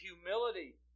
humility